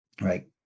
right